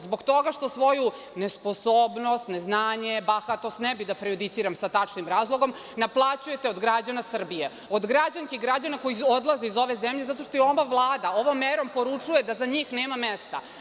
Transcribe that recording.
Zbog toga što svoju nesposobnost, neznanje, bahatost, ne bih da prejudiciram sa tačnim razlogom, naplaćujete od građana Srbije, od građana i građanki koji odlaze iz ove zemlje zato što je ova Vlada, ovom merom poručuje da za njih nema mesta.